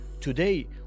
today